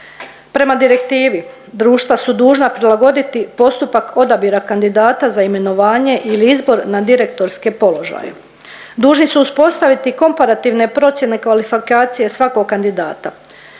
Prema direktivi društva su dužna prilagoditi postupak odabira kandidata za imenovanje ili izbor na direktorske položaje. Dužni su uspostaviti komparativne procjene kvalifikacije svakog kandidata.